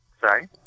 sorry